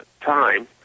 time